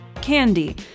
candy